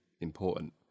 important